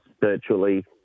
virtually